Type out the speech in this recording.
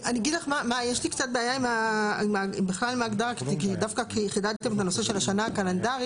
יש לי קצת בעיה עם ההגדרה דווקא כי חידדתם בנושא של השנה הקלנדרית,